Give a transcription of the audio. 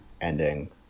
ending